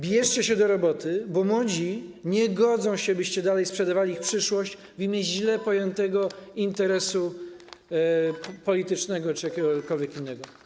Bierzcie się do roboty, bo młodzi nie godzą się, byście dalej sprzedawali ich przyszłość w imię źle pojętego interesu politycznego czy jakiegokolwiek innego.